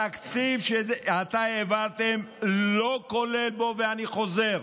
התקציב שעתה העברתם לא כולל בו, ואני חוזר: